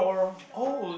hold door